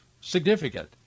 significant